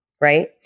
right